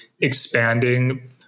expanding